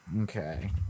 Okay